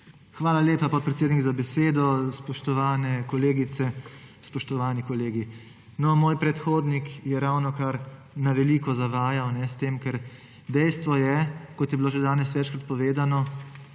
Hvala lepa, podpredsednik za besedo. Spoštovane kolegice, spoštovani kolegi! No, moj predhodnik je ravnokar na veliko zavajal s tem – kajne? Ker dejstvo je, kot je bilo že danes večkrat povedano,